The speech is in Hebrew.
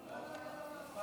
הצבעה.